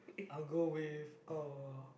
I'll go with uh